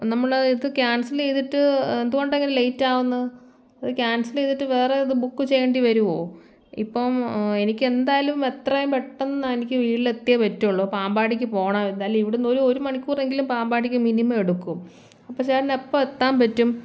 നമ്മൾ ഇത് ക്യാൻസൽ ചെയ്തിട്ട് എന്തുകൊണ്ടാണ് ഇങ്ങനെ ലെയ്റ്റ് ആവുന്നത് അതു ക്യാൻസൽ ചെയ്തിട്ട് വേറെ ഇത് ബുക്ക് ചെയ്യേണ്ടി വരുമോ ഇപ്പം എനിക്കെന്തായാലും എത്രയും പെട്ടെന്നെനിക്ക് വീട്ടിലെത്തിയെ പറ്റുള്ളു പാമ്പാടിക്ക് പോകണം എന്തായാലും ഇവിടെ നിന്ന് ഒരു ഒര് മണിക്കൂറെങ്കിലും പാമ്പാടിക്ക് മിനിമം എടുക്കും അപ്പോൾ ചേട്ടൻ എപ്പോൾ എത്താൻ പറ്റും